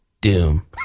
doom